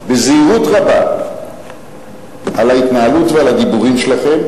בזהירות רבה על ההתנהלות ועל הדיבורים שלכם,